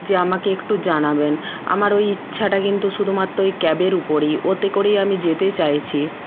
যে আমাকে একটু জানাবেন আমার ওই ইচ্ছাটা কিন্তু শুধুমাত্র ওই ক্যাবের উপরেই ওতে করেই আমি যেতে চাইছি